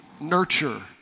nurture